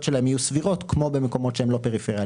שלהם יהיו סבירות כמו במקומות שהם לא פריפריה.